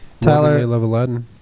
Tyler